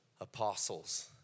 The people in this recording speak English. apostles